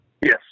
Yes